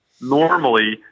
Normally